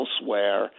elsewhere